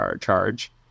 charge